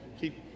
keep